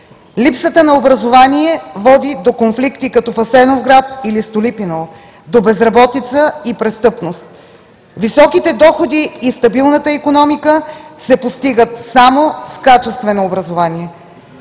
Липсата на образование води до конфликти като в Асеновград или Столипиново, до безработица и престъпност. Високите доходи и стабилната икономика се постигат само с качествено образование.